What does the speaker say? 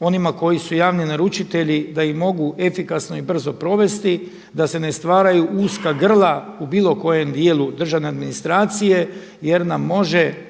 onima koji su javni naručitelji da ih mogu brzo i efikasno provesti da se ne stvaraju uska grla u bilo kojem dijelu državne administracije jer nam može